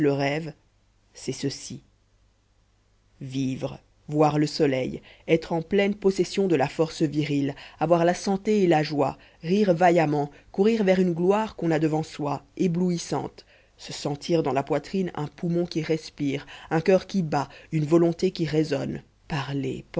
c'est ceci vivre voir le soleil être en pleine possession de la force virile avoir la santé et la joie rire vaillamment courir vers une gloire qu'on a devant soi éblouissante se sentir dans la poitrine un poumon qui respire un coeur qui bat une volonté qui raisonne parler